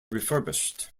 refurbished